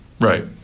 right